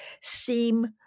seem